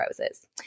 roses